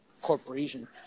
corporation